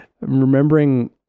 remembering